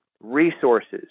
resources